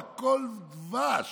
הכול דבש